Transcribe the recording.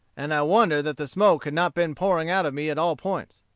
and i wonder that the smoke had not been pouring out of me at all points.